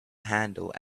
handle